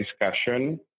discussion